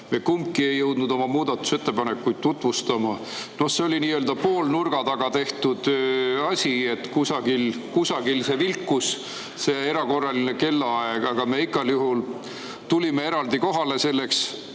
Me kumbki ei jõudnud oma muudatusettepanekuid tutvustama. See oli nii-öelda pooleldi nurga taga tehtud asi. Kusagil see vilkus, see erakorraline kellaaeg, aga meie tulime eraldi kohale ja